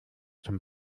zum